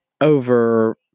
over